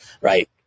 right